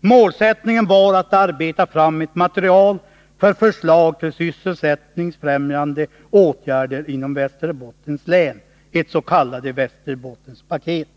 Målsättningen var att utarbeta ett material för förslag till sysselsättningsfrämjande åtgärder inom Västerbottens län, ett s.k. Västerbottenpaket.